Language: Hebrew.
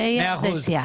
ויהיה על זה שיח.